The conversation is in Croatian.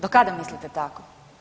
Do kada mislite tako?